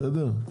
בסדר?